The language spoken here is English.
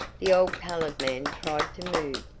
the old colored man tried to move,